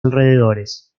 alrededores